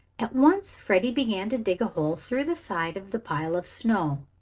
at once freddie began to dig a hole through the side of the pile of snow.